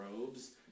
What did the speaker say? robes